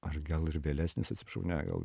ar gal ir vėlesnis atsiprašau ne gal